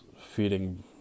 feeding